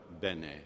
bene